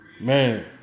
man